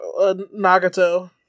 Nagato